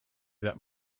that